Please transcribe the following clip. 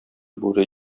бүре